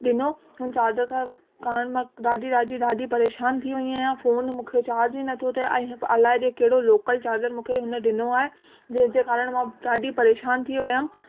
ॾिनो हुन चार्जर का कारण मां ॾाढी ॾाढी ॾाढी परेशानु थी वेई आहियां फ़ोन मूंखे चार्ज ई नथो थिए ऐं अलाए जे कहिड़ो लोकल चार्जर मूंखे हुन ॾिनो आहे जंहिं जे कारण मां ॾाढी परेशानु थी वियमि